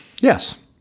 Yes